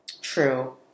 true